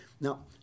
Now